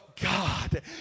God